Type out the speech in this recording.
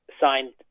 signed